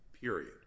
period